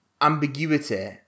ambiguity